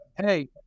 hey